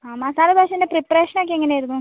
അ മസാല ദോശയുടെ പ്രിപറേഷൻ ഒക്കെ എങ്ങനെ ആയിരിന്നു